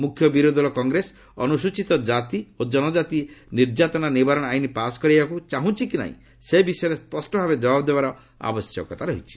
ମୁଖ୍ୟ ବିରୋଧୀ ଦଳ କଂଗ୍ରେସ ଅନୁସ୍ରଚୀ କାତି ଓ କନକାତି ନିର୍ଯାତନା ନିବାରଣ ଆଇନ୍ ପାସ୍ କରାଇବାକୁ ଚାହୁଁଛି କି ନାହିଁ ସେ ବିଷୟରେ ସ୍ୱଷ୍ଟ ଭାବେ ଜବାବ ଦେବାର ଆବଶ୍ୟକତା ରହିଛି